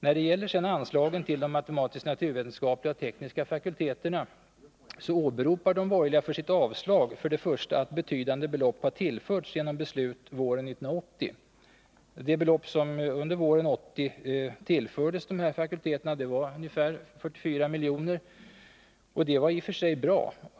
När det sedan gäller anslagen till de matematisk-naturvetenskapliga och tekniska fakulteterna åberopar de borgerliga för sitt avstyrkande för det första att betydande belopp tillförts genom beslut våren 1980. Det belopp som under våren 1980 tillfördes dessa fakulteter var ungefär 44 milj.kr. Det var i och för sig bra.